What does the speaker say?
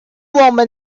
woman